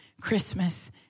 Christmas